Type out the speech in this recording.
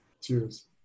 Cheers